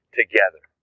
together